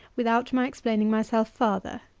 without my explaining myself farther.